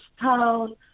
Town